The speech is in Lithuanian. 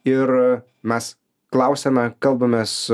ir mes klausiame kalbamės